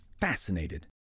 fascinated